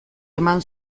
eman